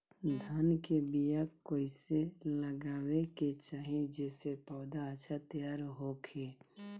धान के बीया कइसे लगावे के चाही जेसे पौधा अच्छा तैयार होखे?